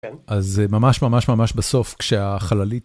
אז זה ממש ממש ממש בסוף כשהחללית.